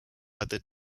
other